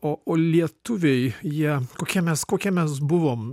o o lietuviai jie kokie mes kokie mes buvom